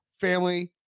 family